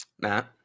Matt